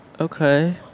okay